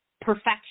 perfection